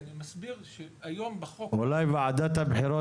אני מסביר שהיום בחוק אולי וועדת הבחירות